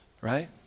Right